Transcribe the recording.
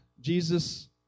Jesus